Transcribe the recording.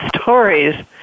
stories